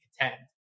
contend